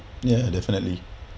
yeah definitely